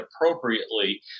appropriately